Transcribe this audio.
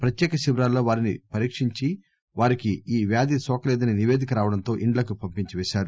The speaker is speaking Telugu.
ప్రత్యేక శిబిరాల్లో వారిని పరీక్షించి వారికి ఈ వ్యాధి సోకలేదనినిపేదిక రావడంతో ఇండ్లకు పంపించిపేశారు